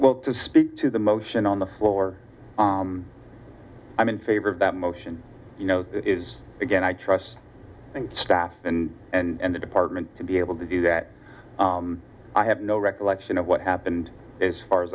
well to speak to the motion on the floor i'm in favor of that motion you know it is again i trust and staff and and the department to be able to do that i have no recollection of what happened as far as